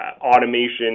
automation